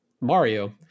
Mario